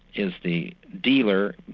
is the dealer,